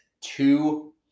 two